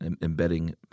embedding